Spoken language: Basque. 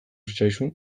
zitzaizun